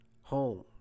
home